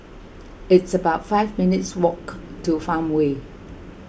it's about five minutes' walk to Farmway